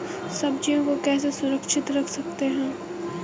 सब्जियों को कैसे सुरक्षित रख सकते हैं?